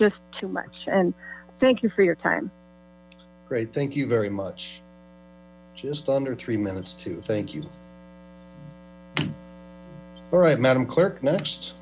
just too much and thank you for your time great thank you very much just under three minutes to thank you all right madam clerk n